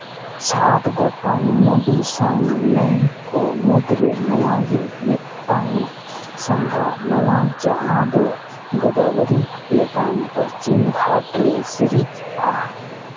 ᱥᱟᱛ ᱜᱚᱴᱟᱝ ᱢᱩᱰᱩ ᱥᱟᱝ ᱱᱟᱹᱭ ᱠᱚ ᱢᱩᱫᱽᱨᱮ ᱱᱚᱣᱟᱜᱮ ᱢᱤᱫᱴᱟᱝ ᱥᱟᱸᱜᱷᱟ ᱱᱚᱣᱟ ᱡᱟᱦᱟᱸ ᱫᱚ ᱜᱳᱫᱟᱵᱚᱨᱤ ᱞᱮᱠᱟᱱ ᱯᱚᱥᱪᱤᱢ ᱜᱷᱟᱴ ᱨᱮ ᱥᱤᱨᱤᱡᱼᱟ